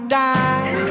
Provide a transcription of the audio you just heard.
die